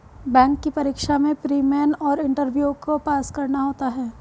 bank की परीक्षा में प्री, मेन और इंटरव्यू को पास करना होता है